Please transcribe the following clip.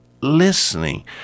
listening